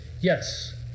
Yes